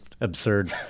absurd